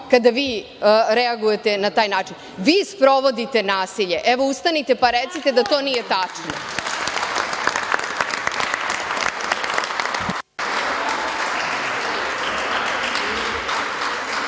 kada vi reagujete na taj način. Vi sprovodite nasilje. Evo, ustanite pa recite da to nije tačno.